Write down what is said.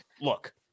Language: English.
Look